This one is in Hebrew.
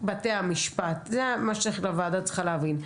זה מה שהוועדה צריכה להבין,